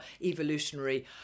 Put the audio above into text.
evolutionary